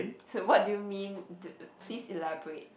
so what do you mean d~ please elaborate